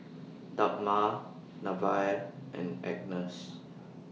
Dagmar Nevaeh and Agnes